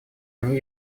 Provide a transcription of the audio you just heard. они